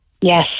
Yes